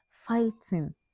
fighting